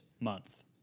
month